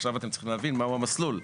עכשיו אתם צריכים להבין מהו המסלול.